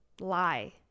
lie